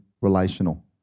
relational